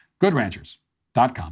GoodRanchers.com